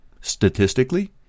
statistically